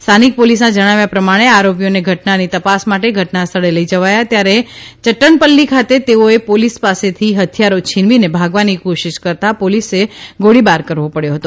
સ્થાનિક પોલીસના જણાવ્યા પ્રમાણે આરોપીઓને ઘટનાની તપાસ માટે ઘટના સ્થળે લઈ જવાયા ત્યારે ચટનપલ્લી ખાતે તેઓએ પોલીસ પાસેથી હથિયારો છીનવીને ભાગવાની કોશિશ કરતા પોલીસે ગોળીબાર કરવો પડ્યો હતો